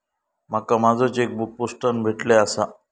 माका माझो चेकबुक पोस्टाने भेटले आसा